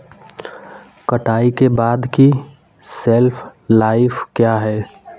कटाई के बाद की शेल्फ लाइफ क्या है?